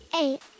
Eight